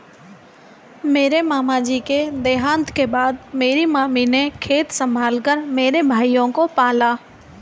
मेरे मामा जी के देहांत के बाद मेरी मामी ने खेत संभाल कर मेरे भाइयों को पाला